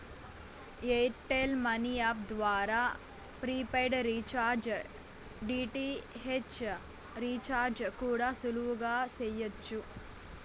air tell money app ద్వారా prepaid recharge, DTH recharge కూడా సులువుగా చెయ్యచ్చు